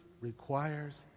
requires